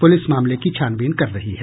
police मामले की छानबीन कर रही है